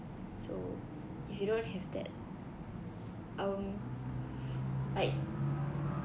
so if you don't have that um like